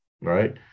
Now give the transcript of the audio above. right